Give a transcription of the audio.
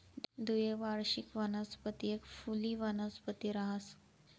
द्विवार्षिक वनस्पती एक फुली वनस्पती रहास